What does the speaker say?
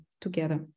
together